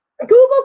Google